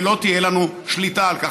ולא תהיה לנו שליטה על כך.